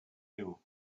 you